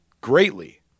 greatly